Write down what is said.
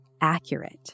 accurate